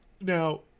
Now